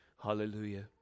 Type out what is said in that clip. Hallelujah